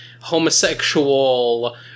homosexual